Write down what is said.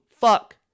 Fuck